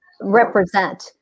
represent